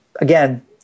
again